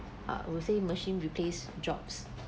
I would say machine replace jobs